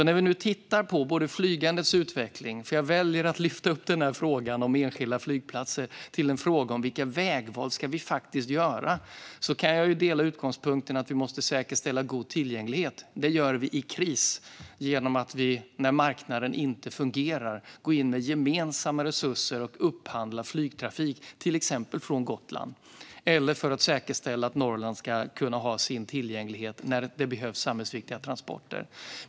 När vi nu tittar på flygandets utveckling - för jag väljer att lyfta upp frågan om enskilda flygplatser till en fråga om vilka vägval vi ska göra - kan jag dela utgångspunkten att vi måste säkerställa god tillgänglighet. I kris gör vi det genom att när marknaden inte fungerar gå in med gemensamma resurser och upphandla flygtrafik, till exempel från Gotland eller för att säkerställa att Norrland har tillgänglighet när det behövs samhällsviktiga transporter.